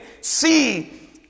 see